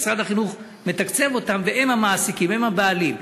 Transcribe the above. משרד החינוך מתקצב אותם והם המעסיקים, הם הבעלים.